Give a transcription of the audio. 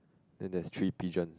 then there is three pigeon